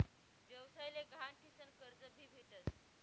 व्यवसाय ले गहाण ठीसन कर्ज भी भेटस